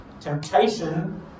Temptation